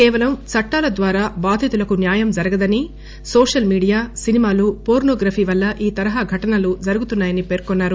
కేవలం చట్టాల ద్వారా బాధితులకు న్యాయం జరగదని నోషల్ మీడియా సినిమాలు పోర్పో గ్రఫి వల్ల ఈ తరహా ఘటనలు జరుగుతున్నాయని పేర్కొన్నారు